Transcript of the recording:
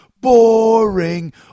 boring